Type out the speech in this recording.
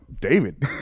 David